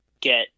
get